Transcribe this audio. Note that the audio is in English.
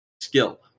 skill